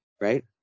right